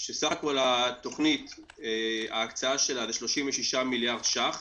סך הכול ההקצאה של התוכנית היא 36 מיליארד ש"ח.